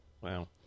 Wow